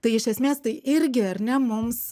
tai iš esmės tai irgi ar ne mums